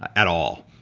at all.